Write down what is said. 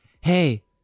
hey